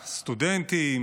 סטודנטים,